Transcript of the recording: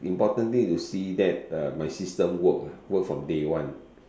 importantly to see that uh my system work work from day one